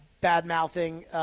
bad-mouthing